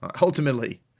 ultimately